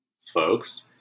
folks